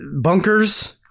bunkers